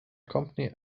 company